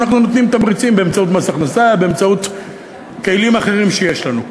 אנחנו נותנים תמריצים באמצעות מס הכנסה ובאמצעות כלים אחרים שיש לנו.